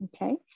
Okay